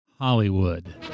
Hollywood